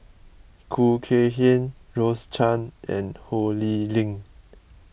Khoo Kay Hian Rose Chan and Ho Lee Ling